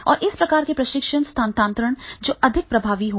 और इस प्रकार का प्रशिक्षण स्थानांतरण जो अधिक प्रभावी होगा